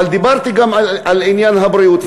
אבל דיברתי גם על עניין הבריאות,